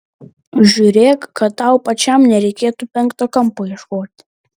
žiūrėk kad tau pačiam nereikėtų penkto kampo ieškoti